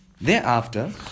Thereafter